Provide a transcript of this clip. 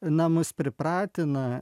na mus pripratina